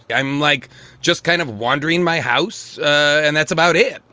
i'm like just kind of wandering my house. and that's about it.